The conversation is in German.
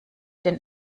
den